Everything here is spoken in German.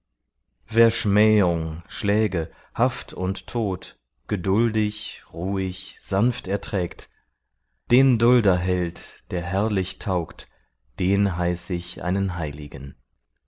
wer schmähung schläge haft und tod geduldig ruhig sanft erträgt den dulderheld der herrlich taugt den heiß ich einen heiligen